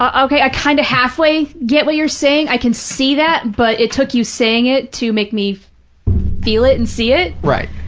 okay, i kind of halfway get what you're saying, i can see that, but it took you saying it to make me feel it and see it. right.